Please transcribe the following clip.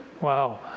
Wow